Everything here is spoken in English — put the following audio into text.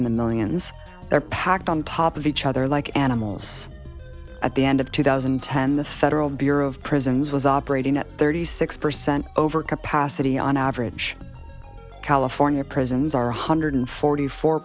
in the millions they're packed on top of each other like animals at the end of two thousand and ten the federal bureau of prisons was operating at thirty six percent over capacity on average california prisons are one hundred forty four